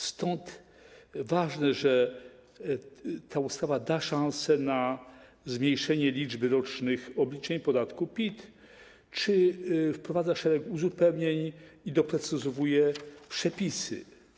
Stąd ważne, że ta ustawa da szansę na zmniejszenie liczby rocznych obliczeń podatku PIT czy wprowadza szereg uzupełnień i doprecyzowuje przepisy.